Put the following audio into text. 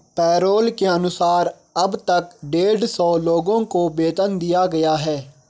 payroll के अनुसार अब तक डेढ़ सौ लोगों को वेतन दिया गया है